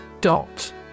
Dot